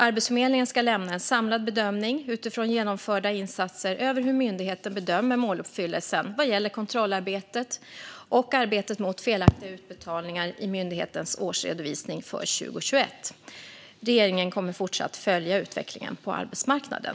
Arbetsförmedlingen ska lämna en samlad bedömning utifrån genomförda insatser över hur myndigheten bedömer måluppfyllelsen vad gäller kontrollarbetet och arbetet mot felaktiga utbetalningar i myndighetens årsredovisning för 2021. Regeringen kommer att fortsätta att följa utvecklingen på arbetsmarknaden.